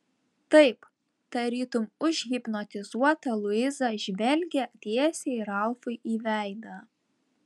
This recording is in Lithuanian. taip tarytum užhipnotizuota luiza žvelgė tiesiai ralfui į veidą